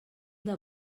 del